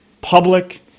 public